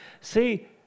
see